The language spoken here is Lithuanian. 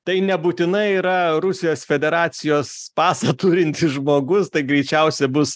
tai nebūtinai yra rusijos federacijos pasą turintis žmogus tai greičiausia bus